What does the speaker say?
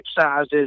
sizes